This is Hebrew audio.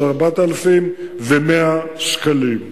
של 4,100 שקלים.